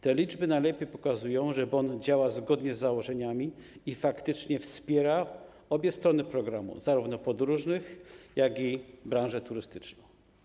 Te liczby najlepiej pokazują, że bon działa zgodnie z założeniami i faktycznie wspiera obie strony programu, zarówno podróżnych, jak i branżę turystyczną.